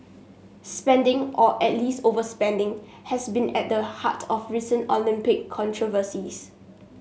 spending or at least overspending has been at the heart of recent Olympic controversies